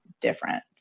different